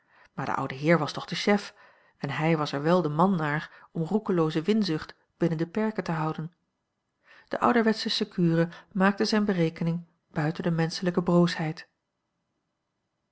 maar de oude heer was toch de chef en hij was er wel de man naar om roekelooze winzucht binnen de perken te houden de ouderwetsche secure maakte zijne berekening buiten de menschelijke broosheid